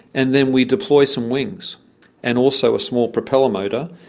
and then we deploy some wings and also a small propeller motor,